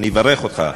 אני אברך אותך.